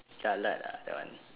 jialat ah that one